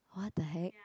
what the heck